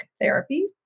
therapy